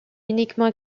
uniquement